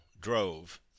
drove